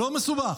לא מסובך.